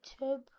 YouTube